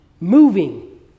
moving